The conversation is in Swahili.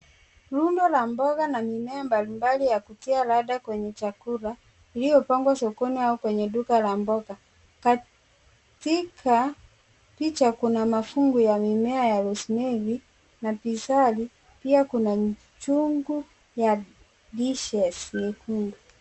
Rundo la mboga na mimea mbalimbali ya kutia ladha kwenye chakula iliyopangwa sokoni au kwenye duka la mboga. Katika picha kuna mafungu ya mimea ya Rose Mary na bizari, pia kuna jungu ya lishes nyekundu.